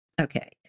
okay